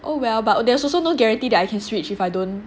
oh well but there was also no guarantee that I can switch if I don't